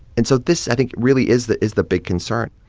and so this, i think, really is the is the big concern.